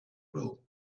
will